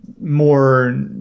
more